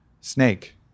Snake